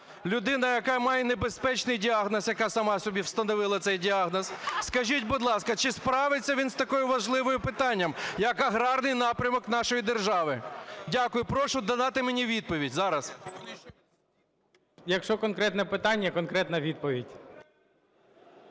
людина, яка має небезпечний діагноз, яка сама собі встановила цей діагноз, скажіть, будь ласка, чи справиться він з таким важливим питанням як аграрний напрямок нашої держави? Дякую. Прошу надати мені відповідь зараз. ГОЛОВУЮЧИЙ. Якщо конкретне питання – конкретна відповідь.